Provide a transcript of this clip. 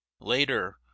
later